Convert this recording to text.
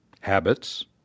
habits